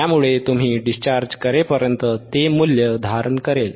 त्यामुळे तुम्ही डिस्चार्ज करेपर्यंत ते मूल्य धारण करेल